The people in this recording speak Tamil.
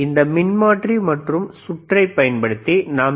இந்த மின்மாற்றி மற்றும் சுற்றை பயன்படுத்தி நாம் ஏ